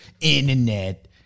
Internet